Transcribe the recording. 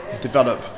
develop